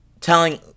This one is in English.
telling